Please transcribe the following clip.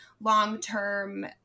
long-term